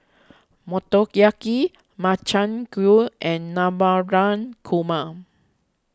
Motoyaki Makchang Gui and Koo ma